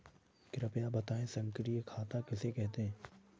कृपया बताएँ सक्रिय खाता किसे कहते हैं?